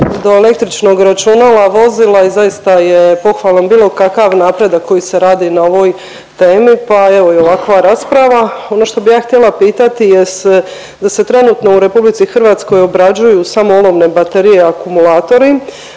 do električnog računala, vozila i zaista je pohvalan bilo kakav napredak koji se radi na ovoj temi, pa evo i ovakva rasprava. Ono što bih ja htjela pitati jest da se trenutno u Republici Hrvatskoj obrađuju samo olovne baterije i akumulatori,